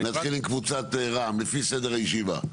נתחיל עם קבוצת "רע"מ", לפי סדר הישיבה.